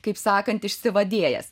kaip sakant išsivadėjęs